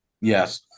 yes